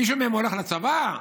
מישהו מהם הולך לצבא?